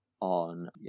on